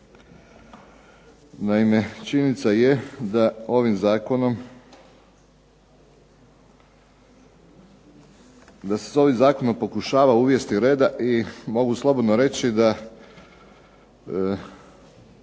Naime, činjenica je da se s ovim zakonom pokušava uvesti reda i mogu slobodno reći da